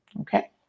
Okay